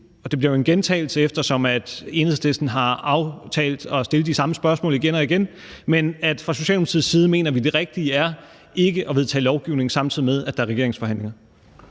det bliver en gentagelse, eftersom Enhedslisten har aftalt at stille de samme spørgsmål igen og igen, at fra Socialdemokratiets side mener vi, at det rigtige er ikke at vedtage lovgivning, samtidig med at der er regeringsforhandlinger.